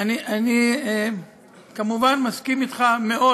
אני כמובן מסכים אתך מאוד,